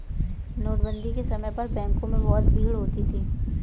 नोटबंदी के समय पर बैंकों में बहुत भीड़ होती थी